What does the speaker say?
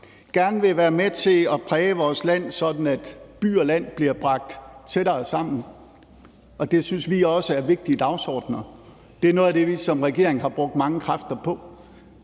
vil være med til at præge vores land, sådan at by og land bliver bragt tættere sammen, og det synes vi også er vigtige dagsordener. Det er noget af det, vi som regering har brugt mange kræfter på.